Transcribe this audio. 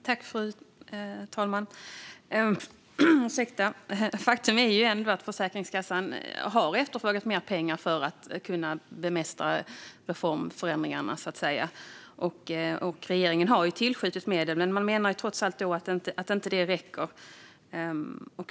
Fru talman! Faktum är ändå att Försäkringskassan har efterfrågat mer pengar för att så att säga kunna bemästra reformförändringarna. Regeringen har tillskjutit medel, men man menar att det trots allt inte räcker.